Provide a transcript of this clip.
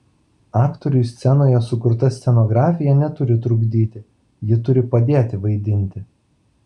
aktoriui scenoje sukurta scenografija neturi trukdyti ji turi padėti vaidinti